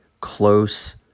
close